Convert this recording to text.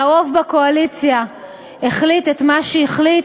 והרוב בקואליציה החליט את מה שהחליט,